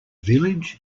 village